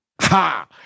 Ha